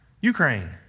Ukraine